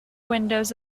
windows